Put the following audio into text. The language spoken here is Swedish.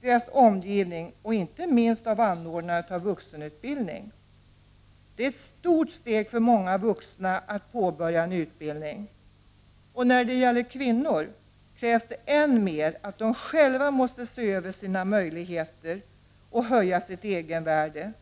deras omgivning och inte minst av anordnarna av vuxenutbildning. Det är ett stort steg för många vuxna att påbörja en utbildning. När det gäller kvinnor krävs det än mer att de själva ser över sina möjligheter och höjer sitt egenvärde.